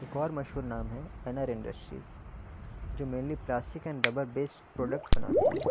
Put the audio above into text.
ایک اور مشہور نام ہے انینر انڈسٹریز جو mainly plastic and rubber based product بناتی ہے